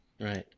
right